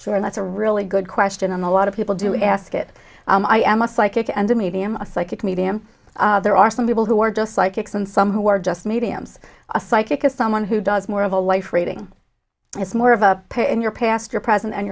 for and that's a really good question and a lot of people do ask it i am a psychic and a medium a psychic medium there are some people who are just psychics and some who are just mediums a psychic is someone who does more of a life rating is more of a peer in your past your present and